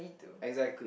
exactly